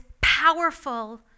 powerful